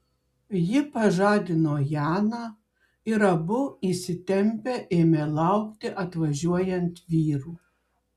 ji pažadino janą ir abu įsitempę ėmė laukti atvažiuojant vyrų